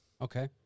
Okay